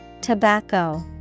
Tobacco